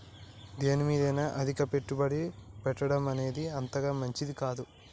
దేనిమీదైనా అతిగా పెట్టుబడి పెట్టడమనేది అంతగా మంచిది కాదు